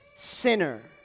sinner